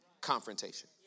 confrontation